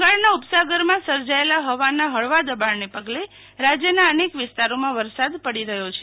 બંગાળના ઉપસાગરમાં સર્જાયેલા હવાના હળવા દબાણને પગલે રાજ્યના અનેક વિસ્તારોમાં વરસાદ પડી રહ્યો છે